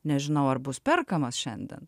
nežinau ar bus perkamas šiandien